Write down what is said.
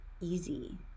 easy